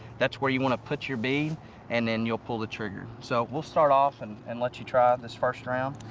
that's where you want to put your bead and then you'll pull the trigger. so, we'll start off and and let you try this first round.